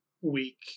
week